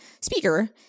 speaker